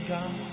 God